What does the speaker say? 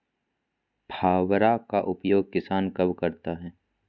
फावड़ा का उपयोग किसान कब करता है?